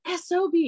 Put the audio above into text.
sob